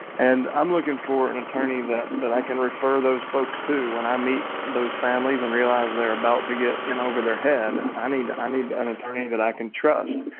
and i'm looking for an attorney that that i can refer those folks to when i meet those families and realize they're about to get in over their head, and i mean need i need an attorney that i can trust.